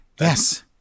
Yes